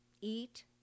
eat